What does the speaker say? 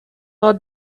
not